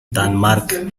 danemark